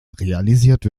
realisiert